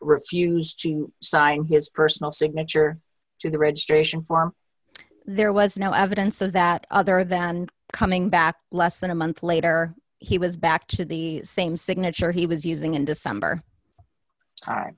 refused to sign his personal signature to the registration form there was no evidence of that other than coming back less than a month later he was back to the same signature he was using in december